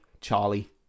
Charlie